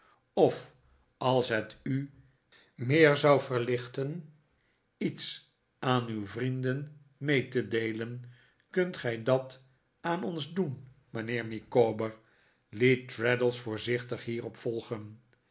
of als het u meer zou verlichten iets aan uw vrienden mee te deelen kunt gij dat aan ons doen mijnheer micawber liet traddles voorzichtig hierop volgen